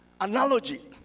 Analogy